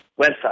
website